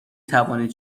توانید